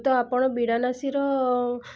ତ ଆପଣ ବିଡ଼ାନାଶୀର